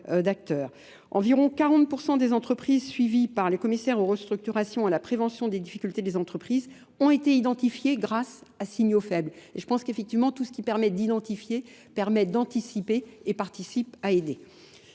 Environ 40% des entreprises suivies par les commissaires aux restructurations à la prévention des difficultés des entreprises ont été identifiées grâce à signaux faibles. Je pense qu'effectivement tout ce qui permet d'identifier permet d'anticiper et participe à aider.